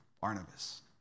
Barnabas